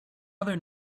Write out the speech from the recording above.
other